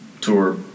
tour